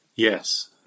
Yes